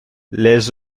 les